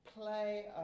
play